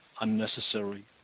unnecessary